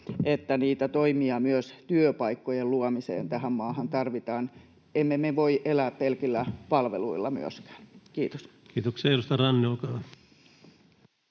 että niitä toimia myös työpaikkojen luomiseen tähän maahan tarvitaan. Emme me voi elää pelkillä palveluilla myöskään. — Kiitos. [Speech 117] Speaker: